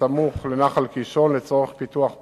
הסמוך לנחל-קישון לצורך פיתוח פארק,